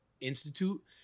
institute